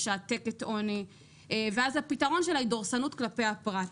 משתעתקת עוני ואז הפתרון שלה היא דורסנות כלפי הפרט,